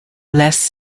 less